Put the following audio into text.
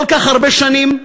כל כך הרבה שנים,